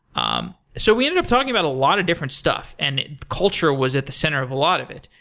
um so we ended up talking about a lot of different stuff, and culture was at the center of a lot of it.